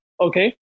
Okay